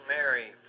Mary